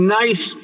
nice